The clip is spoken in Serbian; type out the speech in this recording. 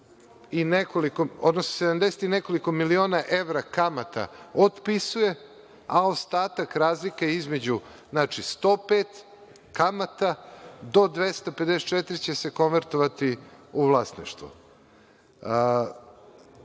što se gotovo 70 i nekoliko miliona evra kamata otpisuje, a ostatak razlika između 105, kamata, do 254 će se konvertovati u vlasništvo.